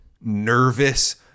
nervous